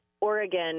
Oregon